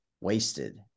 wasted